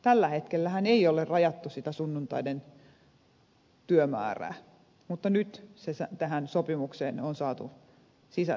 tällä hetkellähän ei ole rajattu sitä sunnuntaiden työmäärää mutta nyt se tähän sopimukseen on saatu sisällytettyä